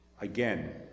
Again